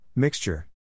Mixture